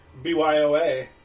BYOA